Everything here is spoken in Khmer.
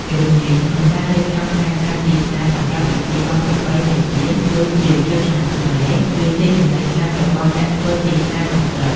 ជំនាញក្នុងការរៀបចំផែនការទីផ្សារសម្រាប់ពិធីបុណ្យប្រពៃណីជាតិ ដូចជាចូលឆ្នាំខ្មែរ គឺជាចំណុចខ្លាំងរបស់អ្នកធ្វើទីផ្សារក្នុងស្រុក។